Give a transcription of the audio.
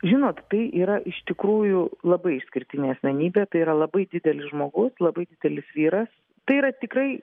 žinot tai yra iš tikrųjų labai išskirtinė asmenybė tai yra labai didelis žmogus labai didelis vyras tai yra tikrai